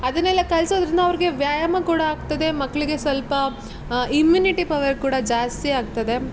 ಅದನ್ನೆಲ್ಲ ಕಲಿಸೋದ್ರಿಂದ ಅವ್ರಿಗೆ ವ್ಯಾಯಾಮ ಕೂಡ ಆಗ್ತದೆ ಮಕ್ಕಳಿಗೆ ಸ್ವಲ್ಪ ಇಮ್ಯೂನಿಟಿ ಪವರ್ ಕೂಡ ಜಾಸ್ತಿ ಆಗ್ತದೆ